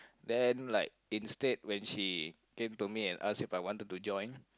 then like instead when she came to me and ask if I wanted to join